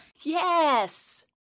Yes